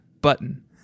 Button